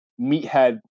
meathead